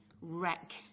wreck